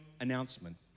announcement